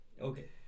Okay